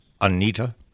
Anita